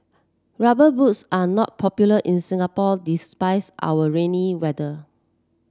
rubber boots are not popular in Singapore despite our rainy weather